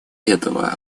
этого